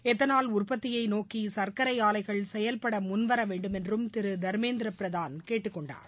ethanol உற்பத்தியை நோக்கி சர்க்கரை ஆலைகள் செயல்பட முன்வர வேண்டும் என்றும் திரு தர்மேந்திர பிரதான் கேட்டுக் கொண்டார்